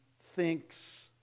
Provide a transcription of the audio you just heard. thinks